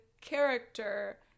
character